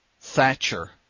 Thatcher